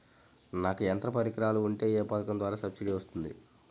నాకు యంత్ర పరికరాలు ఉంటే ఏ పథకం ద్వారా సబ్సిడీ వస్తుంది?